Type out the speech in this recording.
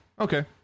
Okay